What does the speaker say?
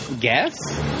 Guess